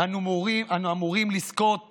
אנו אמורים לזכות